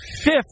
fifth